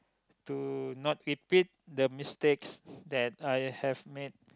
to not repeat the mistakes that I have made